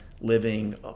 living